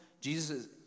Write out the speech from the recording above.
Jesus